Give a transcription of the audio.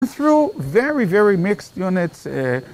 דרך יחידות מאוד מאוד מעורבות